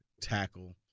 tackle